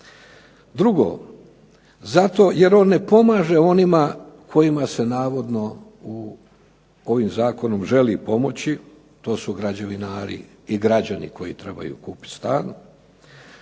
Drugo, zato jer on ne pomaže onima kojima se navodno ovim zakonom želi pomoći, to su građevinari i građani koji trebaju kupiti stan.